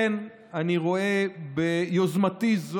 מה ההגדרה?